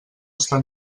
estar